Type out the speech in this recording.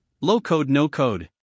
Low-Code-No-Code